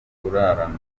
kurarana